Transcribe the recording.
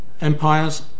empires